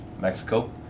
Mexico